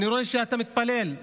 אני רואה שאתה מתפלל.